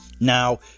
Now